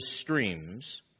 streams